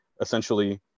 essentially